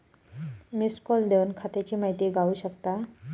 missed call देवन खात्याची माहिती गावू शकता